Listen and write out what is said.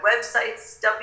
website's